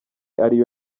ariyo